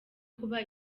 kuba